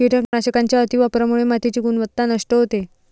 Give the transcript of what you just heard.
कीटकनाशकांच्या अतिवापरामुळे मातीची गुणवत्ता नष्ट होते